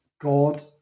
God